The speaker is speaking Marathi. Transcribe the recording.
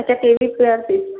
अच्छा केवी पर पीस